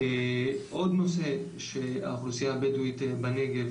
עוד נושא שנוגע בכך שהאוכלוסייה הבדואית בנגב